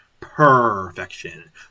Perfection